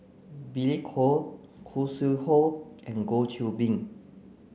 Billy Koh Khoo Sui Hoe and Goh Qiu Bin